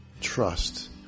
trust